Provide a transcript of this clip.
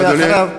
ואחריו,